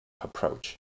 approach